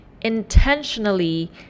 intentionally